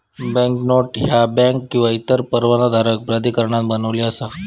banknote ह्या bank किंवा इतर परवानाधारक प्राधिकरणान बनविली असा